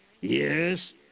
Yes